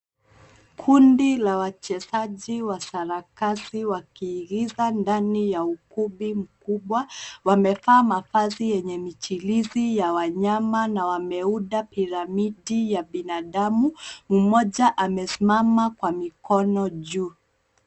Kundi la wachezaji wa sarakasi wakiigiza ndani ya ukumbi mkubwa. Wamevaa mavazi enye michirizi ya wanyama na wameunda piramidi ya binadamu. Mmoja amesimama kwa mikono juu.